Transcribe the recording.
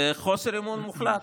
זה חוסר אמון מוחלט.